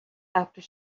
after